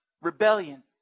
rebellion